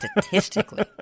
statistically